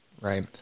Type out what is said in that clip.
right